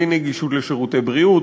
בלי נגישות לשירותי בריאות,